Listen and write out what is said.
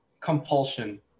compulsion